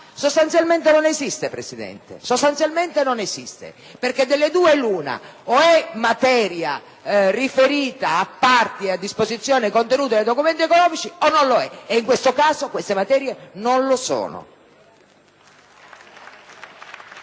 sostanzialmente non esiste, perché delle due l'una: o è materia riferita a parti e a disposizioni contenute nei documenti economici oppure non lo è, e in questo caso le suddette materie non lo sono.